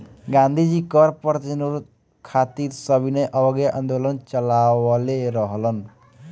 गांधी जी कर प्रतिरोध खातिर सविनय अवज्ञा आन्दोलन चालवले रहलन